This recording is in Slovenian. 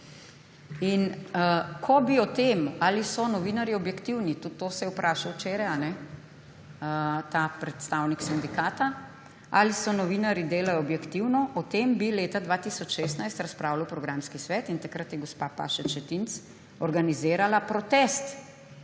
Ko bi o tem, ali so novinarji objektivni − tudi to se je vprašal včeraj ta predstavnik sindikata, ali novinarji delajo objektivno − leta 2016 razpravljal programski svet, je takrat gospa Pašec Šetinc organizirala protest,